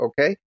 okay